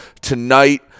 Tonight